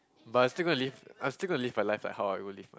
but I'm still gonna live I'm still gonna live a life like how I will live